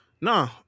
no